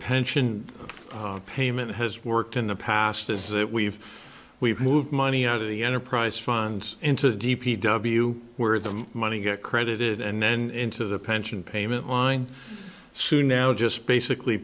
pension payment has worked in the past is that we've we've moved money out of the enterprise fund into d p w where the money get credited and then into the pension payment online soon now just basically